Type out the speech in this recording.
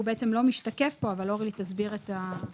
הוא לא משתקף פה אבל אורלי תסביר את ההבדל.